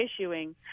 issuing